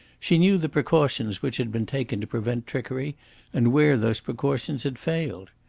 she knew the precautions which had been taken to prevent trickery and where those precautions had failed.